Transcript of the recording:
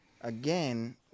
again